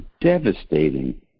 devastating